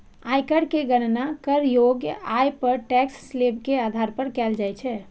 आयकर के गणना करयोग्य आय पर टैक्स स्लेब के आधार पर कैल जाइ छै